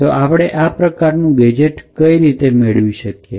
તો આપણે આ પ્રકારનું ગેજેટ કઈ રીતે મેળવી શકિએ